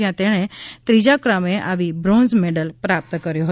જ્યાં તેણી એ ત્રીજા ક્રમે આવી બ્રોન્ઝ મેડલ પ્રાપ્ત કર્યો હતો